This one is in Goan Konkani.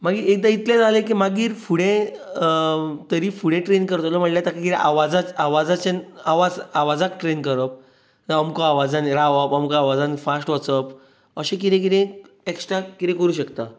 मागीर एकदां इतलें जालें की मागीर फुडें तरी फुडें ट्रेन करतलो म्हणल्यार ताका कितें आवाजा आवाजाचें आवाज आवजाक ट्रेन करप जांव अमको आवाजान रावोवप अमक्या आवाजान फास्ट वचप अशें कितें कितें एक्स्ट्रा कितें करूंक शकता